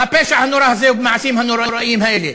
בפשע הנורא הזה ובמעשים הנוראים האלה.